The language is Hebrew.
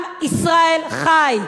עם ישראל חי.